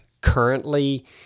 Currently